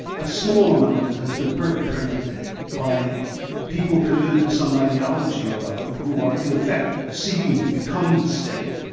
a small amount of it has been perpetrated by people committed to some ideology or other who are in effect, seeking to become the state,